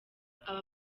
aba